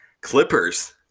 Clippers